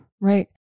right